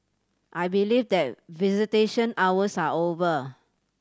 I believe that visitation hours are over